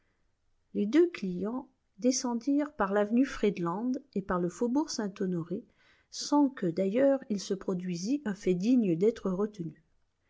les deux clients descendirent par l'avenue friedland et par le faubourg saint-honoré sans que d'ailleurs il se produisît un fait digne d'être retenu